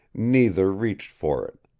neither reached for it.